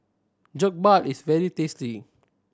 jokbal is very tasty